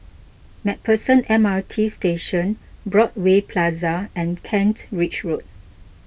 MacPherson M R T Station Broadway Plaza and Kent Ridge Road